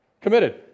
committed